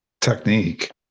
technique